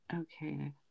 okay